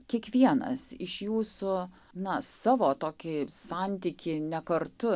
kiekvienas iš jūsų na savo tokį santykį ne kartu